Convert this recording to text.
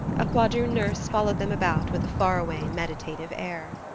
a quadroon nurse followed them about with a faraway, meditative air.